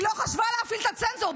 היא לא חשבה להפעיל את הצנזור,